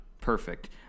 Perfect